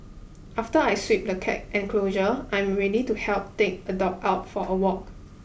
after I sweep the cat enclosure I am ready to help take a dog out for a walk